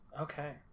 Okay